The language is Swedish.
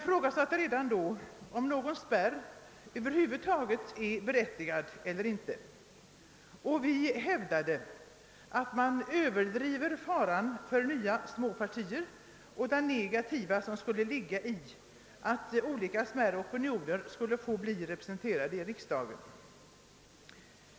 Vi ifrågasatte redan då det berättigade i att över huvud taget ha någon spärr. Vi hävdade att man överdriver faran för nya småpartier och det negativa som skulle ligga i att olika smärre opinioner skulle få bli representerade i riksdagen.